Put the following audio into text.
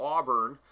Auburn